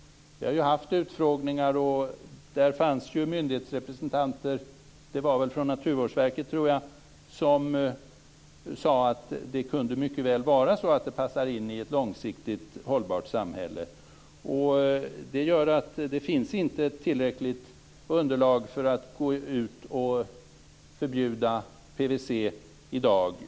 Vi har ju haft utfrågningar där myndighetsrepresentanter deltog - jag tror att det var från Naturvårdsverket - som sade att det mycket väl kunde vara på det sättet att PVC kan passa in i ett långsiktigt hållbart samhälle. Det gör att det inte finns ett tillräckligt underlag för att i dag förbjuda PVC.